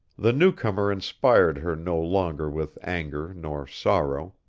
the new-comer inspired her no longer with anger nor sorrow,